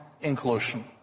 inclusion